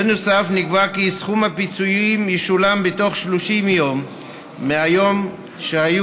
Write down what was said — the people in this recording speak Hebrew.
בנוסף נקבע כי סכום הפיצויים ישולם בתוך 30 יום מהיום שהיו